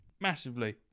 massively